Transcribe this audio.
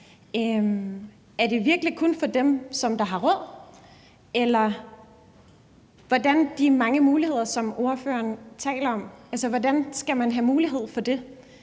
Er det virkelig kun for dem, der har råd? Eller hvordan skal man få de mange muligheder, som ordføreren taler om; hvordan skal man få mulighed for det?